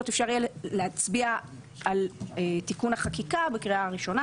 אפשר יהיה להצביע על תיקון החקיקה בקריאה ראשונה,